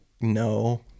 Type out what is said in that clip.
no